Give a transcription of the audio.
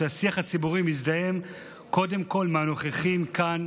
שהשיח הציבורי מזדהם קודם כול מהנוכחים כאן,